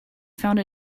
found